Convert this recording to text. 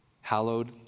hallowed